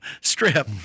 strip